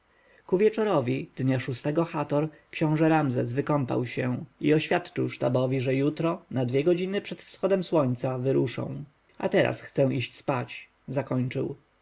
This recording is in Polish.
wieczorowi dnia szóstego chat książę ramzes wykąpał się i oświadczył sztabowi że jutro na dwie godziny przed wschodem słońca wyruszą a teraz chcę się wyspać zakończył